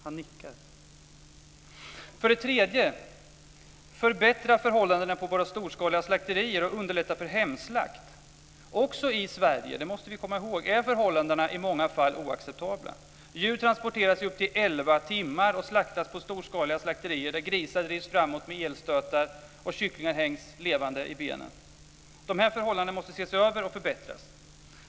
Han nickar. 3. Förbättra förhållandena på våra storskaliga slakterier och underlätta för hemslakt! Vi måste komma ihåg att förhållandena också i Sverige i många fall är oacceptabla. Djur transporteras i upp till elva timmar och slaktas på storskaliga slakterier där grisar drivs framåt med elstötar och kycklingar hängs levande i benen. Dessa förhållanden måste ses över och förbättras.